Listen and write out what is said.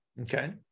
okay